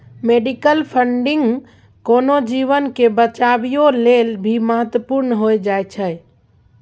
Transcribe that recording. medical funding कोनो जीवन के बचाबइयो लेल भी महत्वपूर्ण हो जाइ छइ